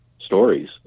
stories